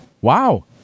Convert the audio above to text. Wow